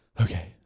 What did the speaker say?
okay